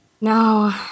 No